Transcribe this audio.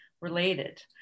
related